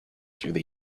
through